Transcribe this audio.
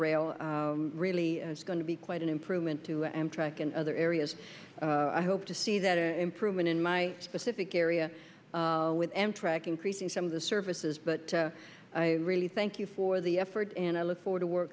rail really it's going to be quite an improvement to amtrak and other areas i hope to see that improvement in my specific area with amtrak increasing some of the services but i really thank you for the effort and i look forward to work